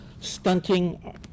stunting